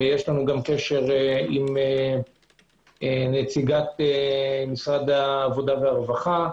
יש לנו גם קשר עם נציגת משרד העבודה והרווחה,